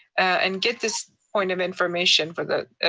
and get this point of information for the